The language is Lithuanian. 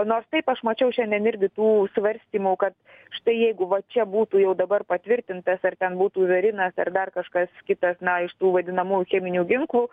nors taip aš mačiau šiandien irgi tų svarstymų kad štai jeigu vat čia būtų jau dabar patvirtintas ar ten būtų verinas ar dar kažkas kitas na iš tų vadinamųjų cheminių ginklų